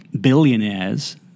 billionaires